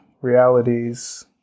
realities